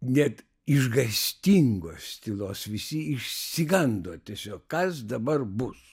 net išgąstingos tylos visi išsigando tiesiog kas dabar bus